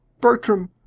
Bertram